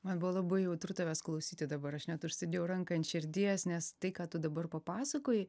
man buvo labai jautru tavęs klausyti dabar aš net užsidėjau ranką ant širdies nes tai ką tu dabar papasakojai